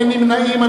אין נמנעים.